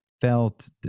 felt